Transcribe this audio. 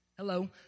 Hello